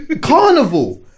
carnival